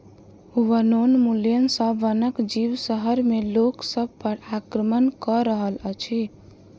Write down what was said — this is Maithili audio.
वनोन्मूलन सॅ वनक जीव शहर में लोक सभ पर आक्रमण कअ रहल अछि